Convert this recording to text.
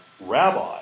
Rabbi